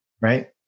right